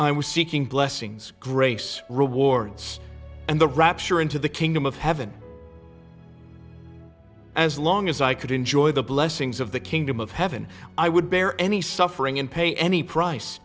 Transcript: i was seeking blessings grace rewards and the rapture into the kingdom of heaven as long as i could enjoy the blessings of the kingdom of heaven i would bear any suffering and pay any price